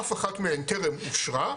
אף אחת מהן טרם אושרה,